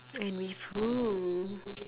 and with who